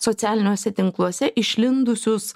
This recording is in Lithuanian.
socialiniuose tinkluose išlindusius